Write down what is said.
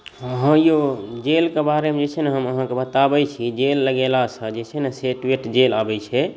हँ औ जेलके बारेमे जे छै ने हम अहाँके बताबै छी जेल लगेलासँ जे छै ने सेट वेट जेल अबै छै